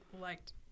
liked